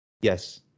yes